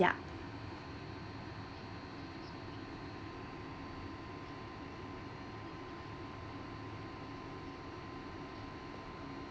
yeah